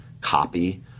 copy